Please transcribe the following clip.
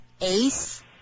ACE